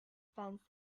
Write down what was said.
fence